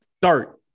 start